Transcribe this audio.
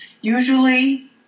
usually